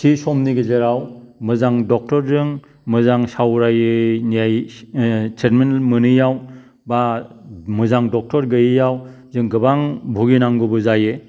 थि समनि गेजेराव मोजां डक्टरजों मोजां सावरायै नियै ट्रिटमेन्ट मोनैयाव बा मोजां डक्टर गैयैआव जों गोबां भुगिनांगौबो जायो